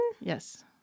Yes